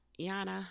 yana